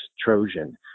Trojan